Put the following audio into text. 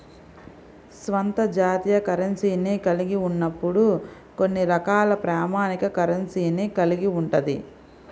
స్వంత జాతీయ కరెన్సీని కలిగి ఉన్నప్పుడు కొన్ని రకాల ప్రామాణిక కరెన్సీని కలిగి ఉంటది